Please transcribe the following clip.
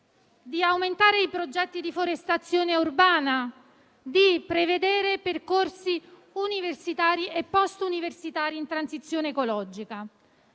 di aumentare i progetti di forestazione urbana, di prevedere percorsi universitari e post-universitari in transizione ecologica.